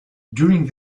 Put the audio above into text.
during